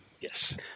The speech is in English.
Yes